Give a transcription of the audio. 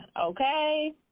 okay